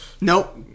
nope